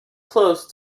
close